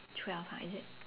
twelve ha is it